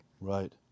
Right